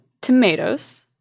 tomatoes